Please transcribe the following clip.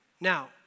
Now